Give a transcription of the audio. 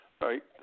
right